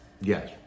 Yes